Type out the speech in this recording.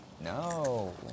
No